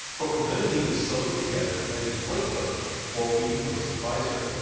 but we're gonna need to sew them together and inflate them before we can place the visor.